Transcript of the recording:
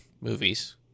movies